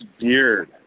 beard